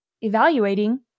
evaluating